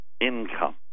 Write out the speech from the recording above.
income